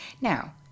Now